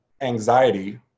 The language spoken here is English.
anxiety